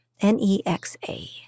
N-E-X-A